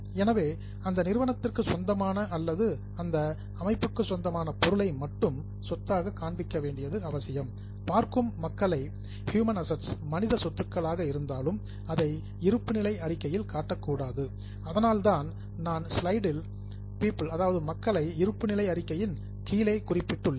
எனவே அந்த நிறுவனத்திற்கு சொந்தமான அல்லது அந்த அமைப்புக்கு சொந்தமான பொருளை மட்டும் சொத்தாகக் காண்பிக்க வேண்டியது அவசியம் பார்க்கும் மக்களை ஹியூமன் அசெட்ஸ் மனித சொத்துக்களாக இருந்தாலும் அதை இருப்பு நிலை அறிக்கையில் காட்டக்கூடாது அதனால் தான் நான் ஸ்லைடில் மக்களை இருப்பு நிலை அறிக்கையில் கீழே குறிப்பிட்டுள்ளேன்